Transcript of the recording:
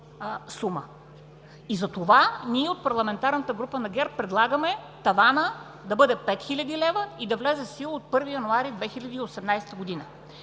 Затова ние от парламентарната група на ГЕРБ предлагаме тавана да бъде 5000 лв. и да влезе в сила от 1 януари 2018 г.